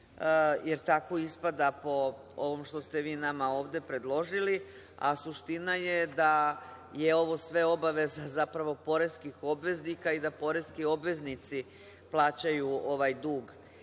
jer tako ispada po ovom što ste vi nama ovde predložili. Suština je da je ovo sve obaveza zapravo poreskih obveznika i da poreski obveznici plaćaju ovaj dug